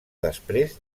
després